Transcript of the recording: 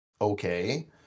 okay